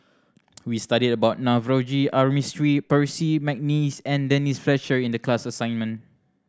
we studied about Navroji R Mistri Percy McNeice and Denise Fletcher in the class assignment